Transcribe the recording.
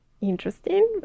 interesting